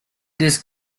this